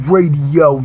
Radio